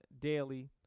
daily